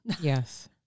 Yes